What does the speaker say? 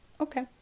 okay